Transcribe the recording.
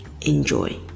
enjoy